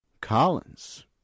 Collins